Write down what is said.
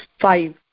Five